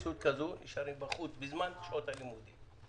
נשארים בחוץ בזמן שעות הלימודים.